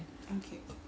okay